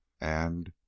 And